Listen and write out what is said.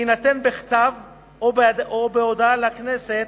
שתינתן בכתב או בהודעה לכנסת,